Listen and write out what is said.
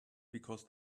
because